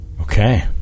Okay